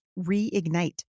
Reignite